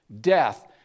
death